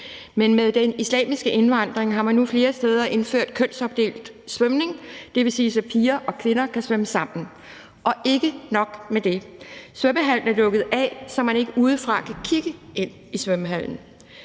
Men med den islamiske indvandring har man nu flere steder indført kønsopdelt svømning, det vil sige, så piger og kvinder kan svømme sammen. Og ikke nok med det: Svømmehallen er lukket af, så man ikke udefra kan kigge ind i svømmehallen.